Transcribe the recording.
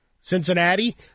Cincinnati